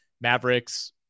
Mavericks